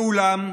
ואולם,